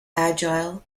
agile